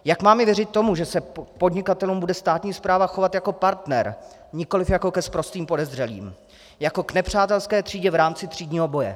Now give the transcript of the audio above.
Jak máme věřit tomu, že se k podnikatelům bude státní správa chovat jako partner, nikoli jako ke sprostým podezřelým, jako k nepřátelské třídě v rámci třídního boje?